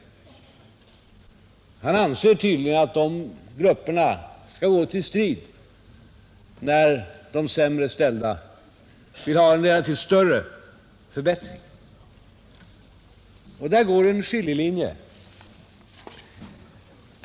Han skall gå till strid, när de sämre ställda vill ha en relativt större förbättring. Där går en skiljelinje.